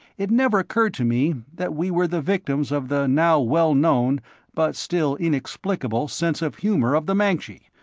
it never occurred to me that we were the victims of the now well-known but still inexplicable sense of humor of the mancji,